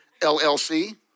LLC